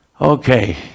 Okay